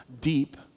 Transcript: deep